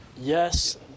Yes